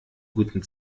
guten